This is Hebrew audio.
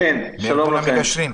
מארגון המגשרים,